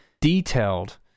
detailed